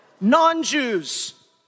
non-Jews